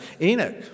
Enoch